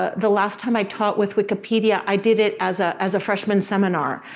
ah the last time i taught with wikipedia, i did it as ah as a freshman seminar.